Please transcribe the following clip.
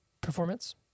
performance